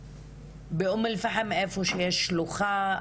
באום אל-פחם איפה שיש שלוחה,